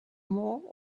more